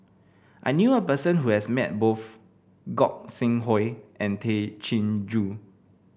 I knew a person who has met both Gog Sing Hooi and Tay Chin Joo